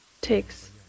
takes